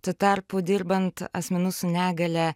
tuo tarpu dirbant asmenų su negalia